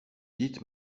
dites